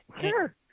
Sure